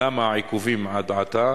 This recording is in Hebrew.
למה העיכובים עד עתה?